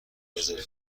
رزرو